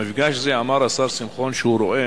במפגש זה אמר השר שמחון שהוא רואה